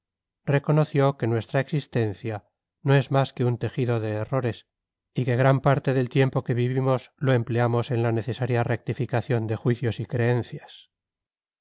reconoció que nuestra existencia no es más que un tejido de errores y que gran parte del tiempo que vivimos lo empleamos en la necesaria rectificación de juicios y creencias